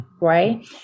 right